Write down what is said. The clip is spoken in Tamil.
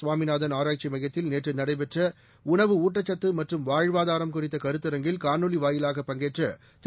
சுவாமிநாதன் ஆராய்ச்சி மையத்தில் நேற்று நடைபெற்ற உணவு ஊட்டச்சத்து மற்றும் வாழ்வாதாரம் குறித்த கருத்தரங்கில் காணொலி வாயிலாக பங்கேற்ற திரு